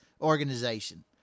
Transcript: organization